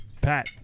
Pat